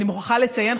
אני מוכרחה לציין,